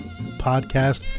Podcast